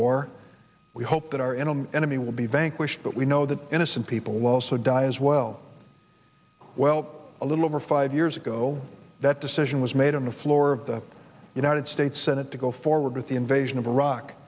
war we hope that our enemy enemy will be vanquished but we know that innocent people also die as well well a little over five years ago that decision was made on the floor of the united states senate to go forward with the invasion of iraq